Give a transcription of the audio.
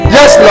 Yes